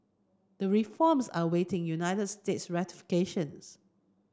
the reforms are awaiting United States ratifications